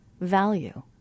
value